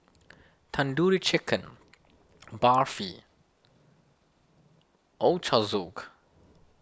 Tandoori Chicken Barfi Ochazuke